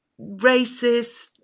racist